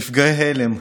נפגעי הלם,